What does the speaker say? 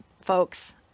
folks